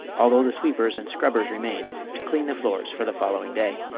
although the sweepers and scrubbers remained to clean the floors for the following day.